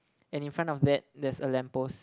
and in front of that there is a lamppost